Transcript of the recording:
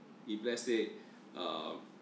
if let's say err